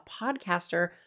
podcaster